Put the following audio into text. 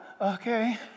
okay